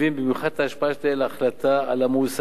במיוחד את ההשפעה שתהיה להחלטה על המועסקים